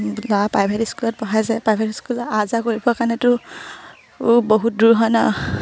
ল'ৰা প্ৰাইভেট স্কুলত পঢ়াইছে যায় প্ৰাইভেট স্কুলত আহ যাহ কৰিবৰ কাৰণেতো বহুত দূৰ হয় ন